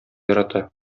ярата